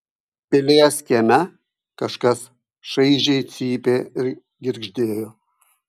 pilies kieme kažkas šaižiai cypė ir girgždėjo